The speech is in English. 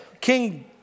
king